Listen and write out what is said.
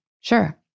sure